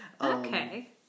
Okay